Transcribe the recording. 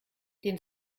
den